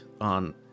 on